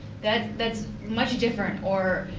that's that's much different. or